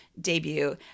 debut